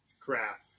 crap